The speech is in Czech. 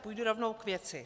Půjdu rovnou k věci.